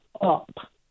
up